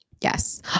Yes